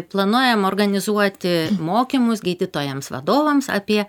planuojam organizuoti mokymus gydytojams vadovams apie